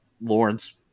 Lawrence